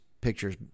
pictures